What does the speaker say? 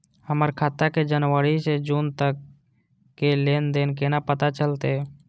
हमर खाता के जनवरी से जून तक के लेन देन केना पता चलते?